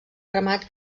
ramat